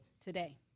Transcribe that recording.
today